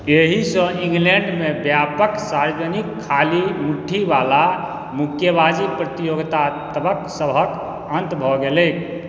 एहिसँ इङ्गलैण्डमे व्यापक सार्वजनिक खाली मुट्ठीवला मुक्केबाजी प्रतियोगितासभक अन्त भऽ गेलैक